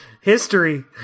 history